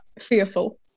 Fearful